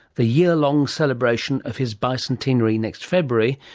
the year-long celebration of his bicentenary next february,